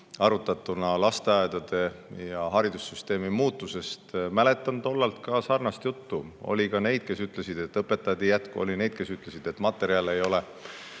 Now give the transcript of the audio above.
arutati lasteaedade ja haridussüsteemi muudatusi. Ma mäletan tollest ajast ka sarnast juttu. Oli neid, kes ütlesid, et õpetajaid ei jätku, oli neid, kes ütlesid, et materjale ei ole.